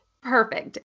Perfect